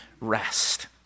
rest